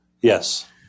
Yes